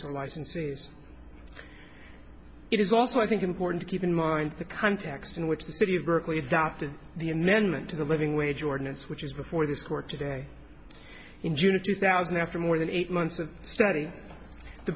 licenses it is also i think important keep in mind the context in which the city of berkeley adopted the amendment to the living wage ordinance which is before the court today in june of two thousand after more than eight months of study the